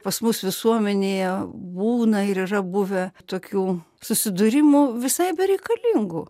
pas mus visuomenėje būna ir yra buvę tokių susidūrimų visai bereikalingų